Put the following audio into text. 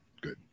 Good